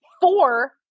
four